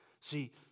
See